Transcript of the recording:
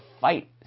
fight